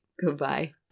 goodbye